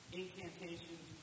incantations